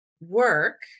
work